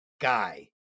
guy